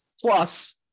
Plus